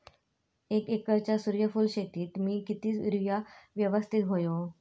एक एकरच्या सूर्यफुल शेतीत मी किती युरिया यवस्तित व्हयो?